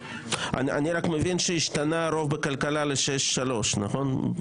אני רק מבין שהרוב בכלכלה השתנה משש לשלוש, נכון?